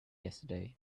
yesterday